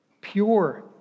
pure